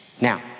Now